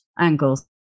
angles